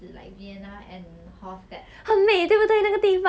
then it's very like the vibes there 很 peaceful 很 calm